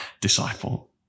disciple